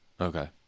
okay